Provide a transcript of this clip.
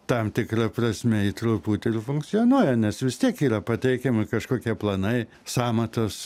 tam tikra prasme ji truputį ir funkcionuoja nes vis tiek yra pateikiami kažkokie planai sąmatas